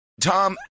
Tom